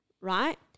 right